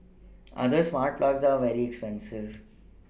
other smart plugs are very expensive